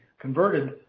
converted